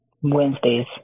Wednesdays